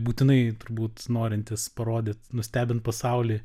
būtinai turbūt norintis parodyt nustebint pasaulį